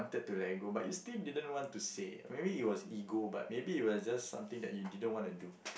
~ted to let go but you still didn't want to say maybe it was ego but maybe it was just something you didn't want to do